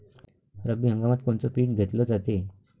रब्बी हंगामात कोनचं पिक घेतलं जाते?